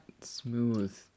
smooth